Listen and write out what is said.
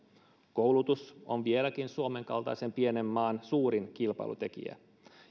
koulutus on vieläkin suomen kaltaisen pienen maan suurin kilpailutekijä